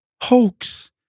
hoax